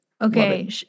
Okay